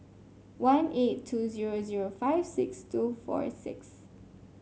one eight two zero zero five six two four six